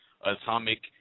Atomic